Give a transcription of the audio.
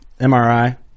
MRI